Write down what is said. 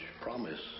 promise